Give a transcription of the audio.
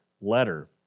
letter